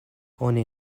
oni